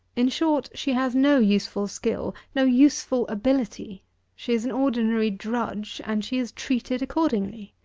in short, she has no useful skill, no useful ability she is an ordinary drudge, and she is treated accordingly.